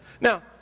Now